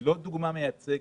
זאת לא דוגמה מייצגת,